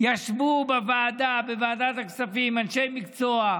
ישבו בוועדה, בוועדה הכספים, אנשי מקצוע,